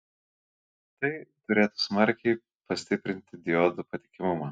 tai turėtų smarkiai pastiprinti diodų patikimumą